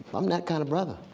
i'm that kind of brother.